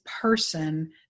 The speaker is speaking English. person